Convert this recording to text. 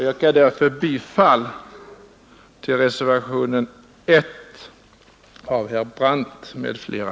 Jag yrkar därför bifall till reservationen 1 av herr Brandt m.fl.